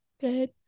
Good